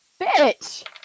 Bitch